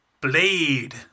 Blade